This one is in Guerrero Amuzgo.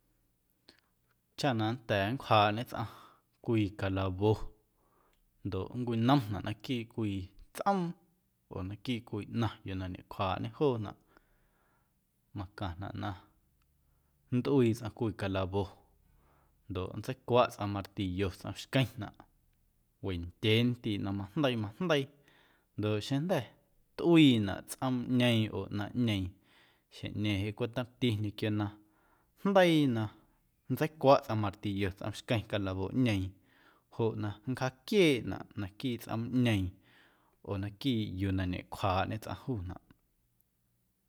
Chaꞌ na nnda̱a̱ na nncwjaaꞌñe tsꞌaⁿ cwii calowo̱ ndoꞌ nncwinomnaꞌ naquiiꞌ cwii tsꞌoom oo naquiiꞌ cwii ꞌnaⁿ yuu na ñecwjaaꞌñe juunaꞌ macaⁿnaꞌ na nntꞌuii tsꞌaⁿ cwii calawo̱ ndoꞌ nntseicwaꞌ tsꞌaⁿ martillo tsꞌom xqueⁿnaꞌ wendyeendiiꞌ na majndeii majndeii ndoꞌ xeⁿjnda̱ tꞌuiinaꞌ tsꞌoomꞌñeeⁿ oo ꞌnaⁿꞌñeeⁿ xjeⁿꞌñeeⁿ cweꞌ tomti ñequio na jndeii na nntseicwaꞌ tsꞌaⁿ martillo tsꞌomxqueⁿ calawo̱ꞌñeeⁿ joꞌ na nncjaaquieeꞌnaꞌ naquiiꞌ tsꞌoomꞌñeeⁿ oo naquiiꞌ yuu na ñecwjaaꞌñe tsꞌaⁿ juunaꞌ.